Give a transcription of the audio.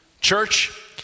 Church